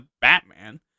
Batman